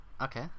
Okay